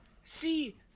see